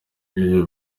ibyo